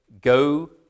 go